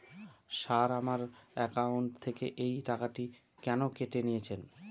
Sir আমার account থেকে এই টাকাটি কেন কেটে নিয়েছেন?